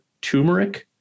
turmeric